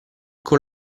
con